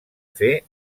fer